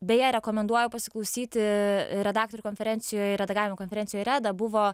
beje rekomenduoju pasiklausyti redaktorių konferencijoj redagavimo konferencijoj reda buvo